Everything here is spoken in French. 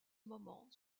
moment